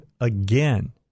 again